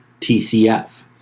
TCF